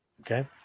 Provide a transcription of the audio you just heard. Okay